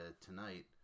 tonight